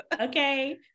okay